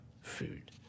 food